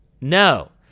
No